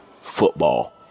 football